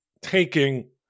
taking